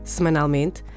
Semanalmente